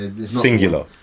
Singular